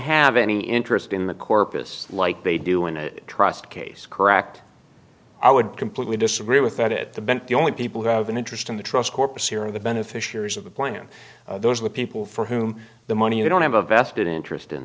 have any interest in the corpus like they do in a trust case correct i would completely disagree with that at the bent the only people who have an interest in the trust corpus here are the beneficiaries of the plan those are the people for whom the money you don't have a vested interest in